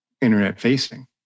internet-facing